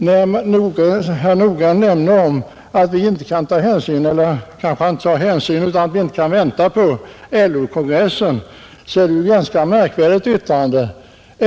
När herr Nordgren nämner att vi inte kan vänta på LO-kongressen är det ett ganska anmärkningsvärt yttrande.